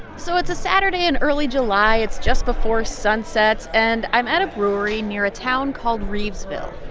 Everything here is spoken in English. so it's a saturday in early july. it's just before sunset. and i'm at a brewery near a town called rivesville.